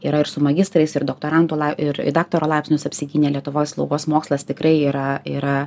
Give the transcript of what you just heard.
yra ir su magistrais ir doktorantų ir daktaro laipsnius apsigynę lietuvos slaugos mokslas tikrai yra yra